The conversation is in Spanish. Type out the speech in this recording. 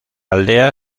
aldea